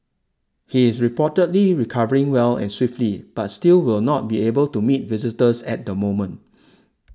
he is reportedly recovering well and swiftly but still will not be able to meet visitors at the moment